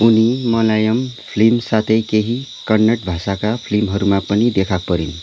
उनी मलयालम फिल्मका साथै केही कन्नड भाषाका फिल्महरूमा पनि देखा परिन्